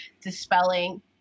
dispelling